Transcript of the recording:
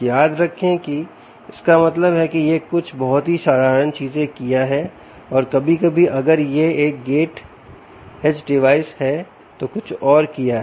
याद रखें कि इसका मतलब है कि यह कुछ बहुत ही साधारण चीजें किया है और कभी कभी अगर यह एक गेट एज डिवाइस है तो कुछ और किया है